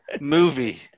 movie